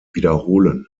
wiederholen